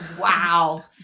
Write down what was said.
wow